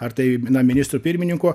ar tai na ministru pirmininku